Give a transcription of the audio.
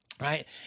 right